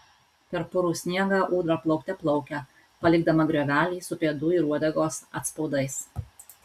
per purų sniegą ūdra plaukte plaukia palikdama griovelį su pėdų ir uodegos atspaudais